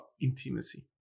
intimacy